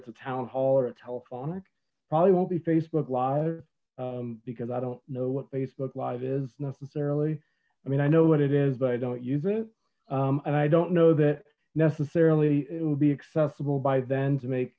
it's a town hall or a telephonic probably won't be facebook live because i don't know what facebook live is necessarily i mean i know what it is but i don't use it and i don't know that necessarily it will be accessible by then to make